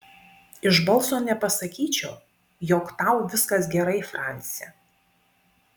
iš balso nepasakyčiau jog tau viskas gerai franci